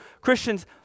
Christians